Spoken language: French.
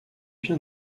bien